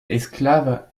esclaves